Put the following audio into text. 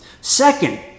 Second